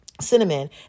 cinnamon